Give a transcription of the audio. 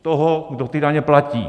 Toho, kdo ty daně platí.